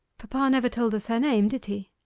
papa never told us her name, did he